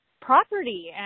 property